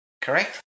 correct